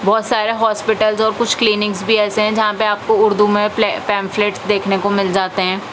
بہت سارے ہاسپٹلس اور کچھ کلینکس بھی ایسے ہیں جہاں پہ آپ کو اردو میں پمفلیٹ دیکھنے کو مل جاتے ہیں